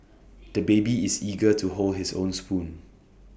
the baby is eager to hold his own spoon